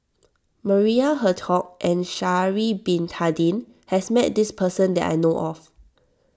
Maria Hertogh and Sha'ari Bin Tadin has met this person that I know of